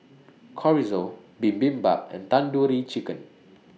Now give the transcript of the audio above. Chorizo Bibimbap and Tandoori Chicken